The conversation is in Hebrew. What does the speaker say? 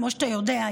כמו שאתה יודע,